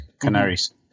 Canaries